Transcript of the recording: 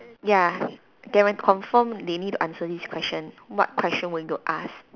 ya they might confirm they need to answer this question what question will you ask